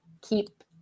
keep